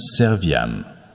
serviam